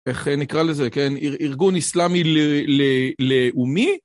איך נקרא לזה, כן? ארגון איסלאמי לאומי?